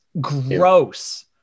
gross